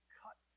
cut